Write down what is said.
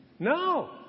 No